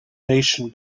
nation